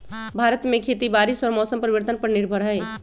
भारत में खेती बारिश और मौसम परिवर्तन पर निर्भर हई